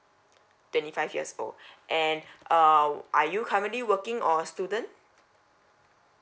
twenty five years old and um are you currently working or a student